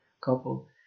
couple